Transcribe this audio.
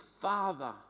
father